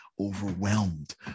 overwhelmed